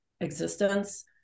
existence